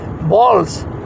balls